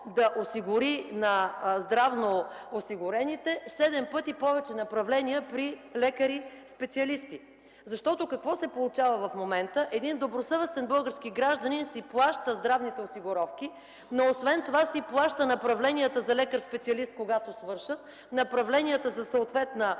да осигури на здравноосигурените 7 пъти повече направления при лекари-специалисти. Какво се получава в момента? Един добросъвестен български гражданин си плаща здравните осигуровки, освен това си плаща и направленията за лекар-специалист, когато свършат, направленията за съответна